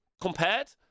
compared